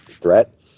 threat